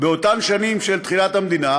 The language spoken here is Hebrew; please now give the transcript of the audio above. באותן שנים של תחילת המדינה,